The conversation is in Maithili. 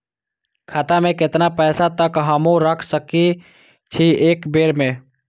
खाता में केतना पैसा तक हमू रख सकी छी एक बेर में?